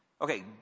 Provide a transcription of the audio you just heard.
Okay